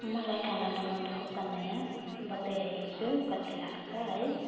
मलाई खाना बनाउनुको समय बताइरहेको छु कति लाग्छ है